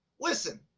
Listen